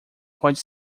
pode